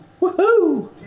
Woohoo